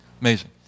Amazing